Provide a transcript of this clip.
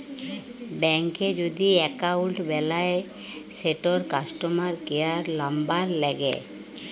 ব্যাংকে যদি এক্কাউল্ট বেলায় সেটর কাস্টমার কেয়ার লামবার ল্যাগে